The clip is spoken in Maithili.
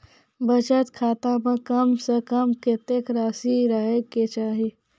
बचत खाता म कम से कम कत्तेक रासि रहे के चाहि?